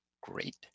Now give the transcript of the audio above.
Great